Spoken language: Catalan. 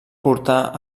portar